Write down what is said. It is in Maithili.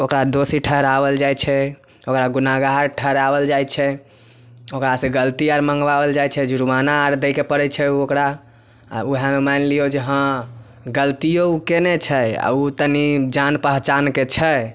ओकरा दोषी ठहराओल जाइ छै ओकरा गुनहगार ठहराओल जाइ छै ओकरा सऽ गलती आओर मंगबाओल जाइ छै जुर्माना आर दै के परै छै ओकरा आ उएहमे मानि लियै जे हॅं गलतियौ ओ कयने छै आ ओ तनी जान पहचानके छै